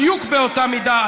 בדיוק באותה מידה.